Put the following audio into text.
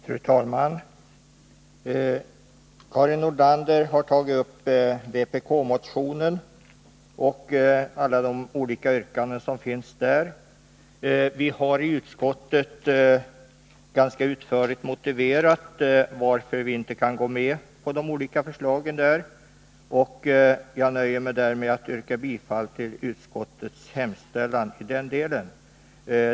Fru talman! Karin Nordlander har tagit upp vpk-motionen och alla de olika yrkanden som finns där. Vi har i utskottet ganska utförligt motiverat varför vi inte kan gå med på de olika förslagen, och jag nöjer mig därför med att yrka bifall till utskottets hemställan i denna del.